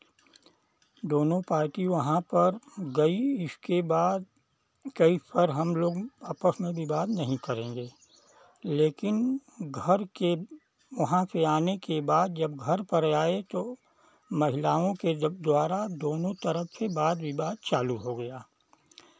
दोनों पार्टी वहाँ पर गई इसके बाद कही सर हमलोग आपस में विवाद नहीं करेंगे लेकिन घर के वहाँ से आने के बाद जब घर पर आएँ तो महिलाओं के द्वारा दोनों तरफ वाद फिर विवाद चालू हो गया